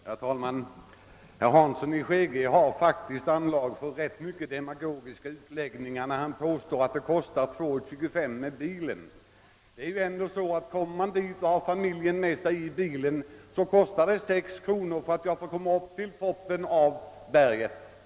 Herr talman! Herr Hansson i Skegrie har faktiskt rätt goda anlag för demagogiska utläggningar, när han påstår att det kostar 2 kronor 25 öre att få tillträde till området. Kommer man i bil till Kullaberg och har familjen med sig kostar det 6 kronor att få komma upp till toppen av berget.